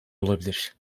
olabilir